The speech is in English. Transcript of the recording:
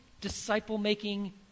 disciple-making